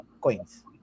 coins